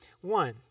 one